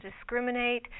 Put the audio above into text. discriminate